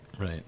Right